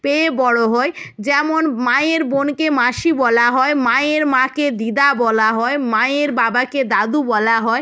পেয়ে বড় হই যেমন মায়ের বোনকে মাসি বলা হয় মায়ের মাকে দিদা বলা হয় মায়ের বাবাকে দাদু বলা হয়